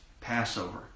Passover